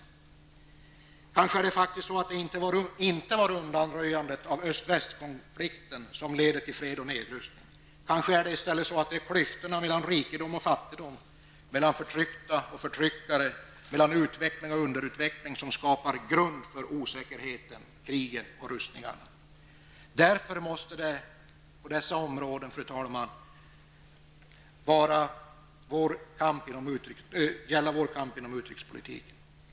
Kanske är det faktiskt så, att det inte är undanröjandet av den s.k. öst--väst-konflikten som leder till fred och nedrustning. Kanske är det i stället så, att det är klyftorna mellan rikedom och fattigdom, mellan förtryckta och förtryckare och mellan utveckling och underutveckling som skapar grund för osäkerheten, krigen och rustningarna. Därför är det inom utrikespolitiken på dessa områden som vår kamp måste föras.